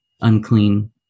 unclean